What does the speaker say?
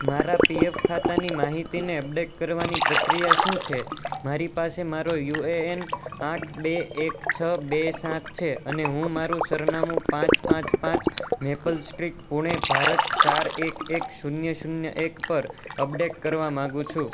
મારા પીએફ ખાતાની માહિતીને અપડેટ કરવાની પ્રક્રિયા શું છે મારી પાસે મારો યુએએન આઠ બે એક છ બે સાત છે અને હું મારું સરનામું પાંચ પાંચ પાંચ મેપલ સ્ટ્રીટ પૂણે ભારત ચાર એક એક શૂન્ય શૂન્ય એક પર અપડેટ કરવા માગું છું